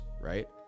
right